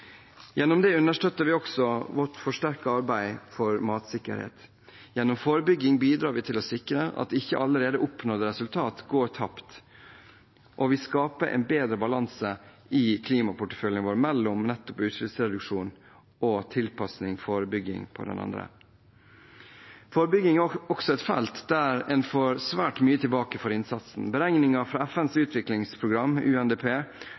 Gjennom det understøtter vi også vårt forsterkede arbeid for matsikkerhet. Gjennom forebygging bidrar vi til å sikre at ikke allerede oppnådde resultater går tapt, og vi skaper en bedre balanse i vår klimaportefølje mellom utslippsreduksjon på den ene siden og tilpasning og forebygging på den andre siden. Forebygging er også et felt der man får svært mye tilbake for innsatsen. Beregninger fra FNs utviklingsprogram – UNDP